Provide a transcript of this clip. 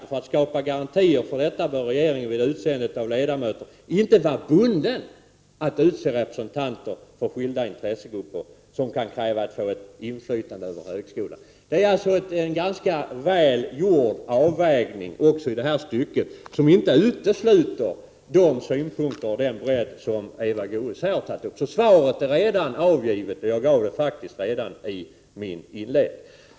För att skapa garantier för detta bör regeringen vid utseendet av ledamöter inte vara bunden att utse representanter för skilda intressegrupper som kan komma att kräva att få ett inflytande över högskolan.” Det är alltså en ganska väl gjord avvägning också i det stycket som inte utesluter de synpunkter och den bredd som Eva Goés här har tagit upp. Svaret är redan avgivet — jag gav det faktiskt redan i min inledning.